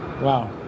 Wow